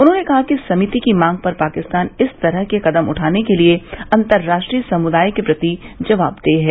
उन्होंने कहा कि समिति की मांग पर पाकिस्तान इस तरह के कदम उठाने के लिए अन्तराष्ट्रीय समुदाय के प्रति जवाबदेह है